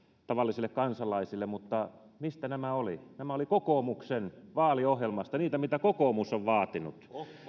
tavallisille kansalaisille mutta mistä nämä olivat nämä olivat kokoomuksen vaaliohjelmasta niitä mitä kokoomus on vaatinut